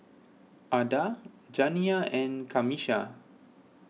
Ada Janiyah and Camisha